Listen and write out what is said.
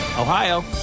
Ohio